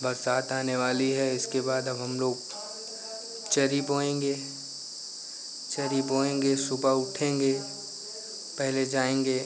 बरसात आने वाली है इसके बाद अब हम लोग चरी बोएँगे चरी बोएँगे सुबह उठेंगे पहले जाएंगे